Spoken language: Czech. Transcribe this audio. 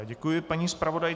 Děkuji paní zpravodajce.